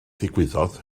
ddigwyddodd